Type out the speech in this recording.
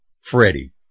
Freddie